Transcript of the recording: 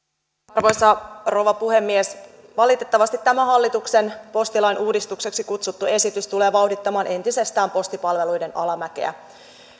arvoisa rouva puhemies valitettavasti tämä hallituksen postilain uudistukseksi kutsuttu esitys tulee vauhdittamaan entisestään postipalveluiden alamäkeä